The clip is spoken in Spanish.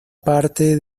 parte